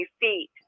feet